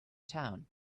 town